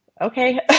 Okay